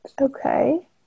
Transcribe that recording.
Okay